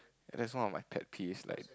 that's one of my pet peeves like